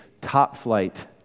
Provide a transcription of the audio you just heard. top-flight